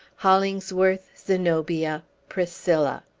hollingsworth, zenobia, priscilla!